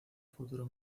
futuro